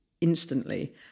instantly